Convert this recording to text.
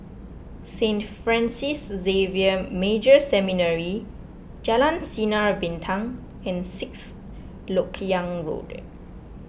Saint Francis Xavier Major Seminary Jalan Sinar Bintang and Sixth Lok Yang Road